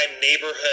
neighborhood